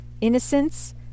innocence